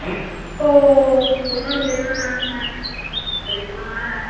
हमको सोना लेना है खरीदना है